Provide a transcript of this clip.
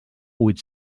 huit